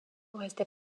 restait